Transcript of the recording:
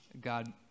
God